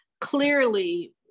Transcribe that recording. clearly